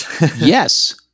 Yes